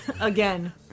Again